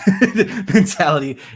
mentality